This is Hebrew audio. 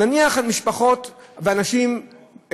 נניח משפחות ואנשים,